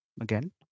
again